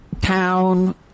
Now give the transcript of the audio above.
town